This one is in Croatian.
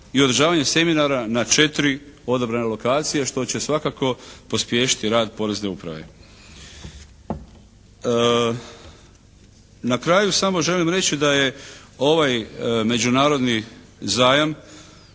i održavanja seminara na četiri odabrane lokacije što će svakako pospješiti rad Porezne uprave. Na kraju samo želim reći da je ovaj međunarodni zajam